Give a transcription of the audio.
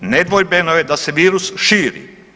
Nedvojbeno je da se virus širi.